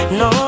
no